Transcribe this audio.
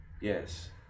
yes